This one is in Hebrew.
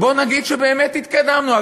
נגיד שבאמת התקדמנו.